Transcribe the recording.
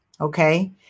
okay